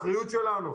אחריות שלנו.